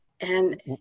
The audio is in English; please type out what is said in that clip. And-